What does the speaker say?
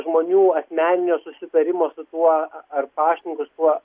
žmonių asmeninio susitarimo su tuo ar paštininku su tuo